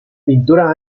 pintura